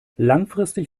langfristig